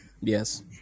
Yes